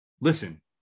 listen